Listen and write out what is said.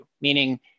meaning